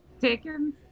taken